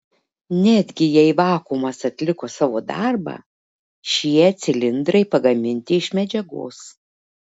netgi jei vakuumas atliko savo darbą šie cilindrai pagaminti iš medžiagos